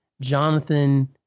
Jonathan